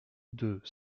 deux